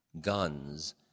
guns